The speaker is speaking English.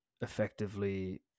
effectively